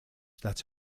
that